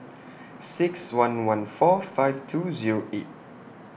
six one one four five two Zero eight